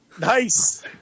Nice